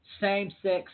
same-sex